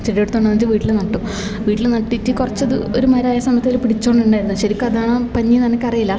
ചെടിയെടുത്തോണ്ട് വന്നിട്ട് വീട്ടില് നട്ടു വീട്ടില് നട്ടിട്ട് കുറച്ചത് ഒരു മരമായ സമയത്ത് അവർ പിടിച്ചോണ്ടുണ്ടായിരുന്ന് ശരിക്കും അതാണോ പഞ്ഞീന്ന് എനക്കറിയില്ല